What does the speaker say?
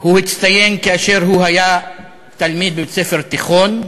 הוא הצטיין כאשר הוא היה תלמיד בבית-ספר תיכון,